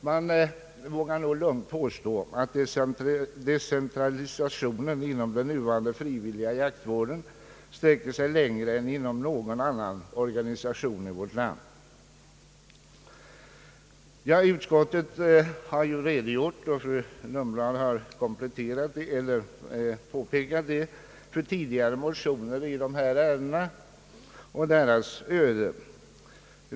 Man vågar nog lugnt påstå att decentralisationen inom den nuvarande frivilliga jaktvården sträcker sig längre än inom någon annan organisation i vårt land. Utskottet har redogjort för och fru Lundblad har påpekat de tidigare motionerna i dessa ärenden och deras öde.